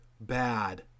bad